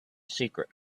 secret